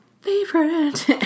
favorite